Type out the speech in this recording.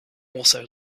also